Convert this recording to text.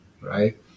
right